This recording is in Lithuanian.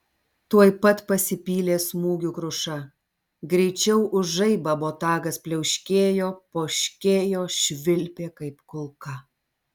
tuoj pat pasipylė smūgių kruša greičiau už žaibą botagas pliauškėjo poškėjo švilpė kaip kulka